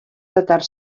datar